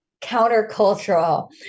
countercultural